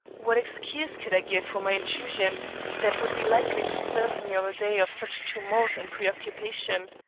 what excuse could i give for my intrusion that would be likely to serve me on a day of such tumult and preoccupation?